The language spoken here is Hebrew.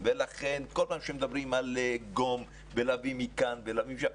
כל פעם כשמדברים על לאגום ולהביא מכאן ולהביא משם,